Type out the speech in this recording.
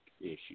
issue